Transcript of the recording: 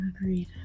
Agreed